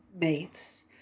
mates